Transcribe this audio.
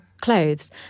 clothes